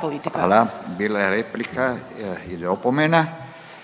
Furio Radin: Hvala./… Stambena politika.